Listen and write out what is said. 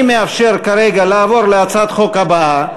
אני מאפשר כרגע לעבור להצעת החוק הבאה,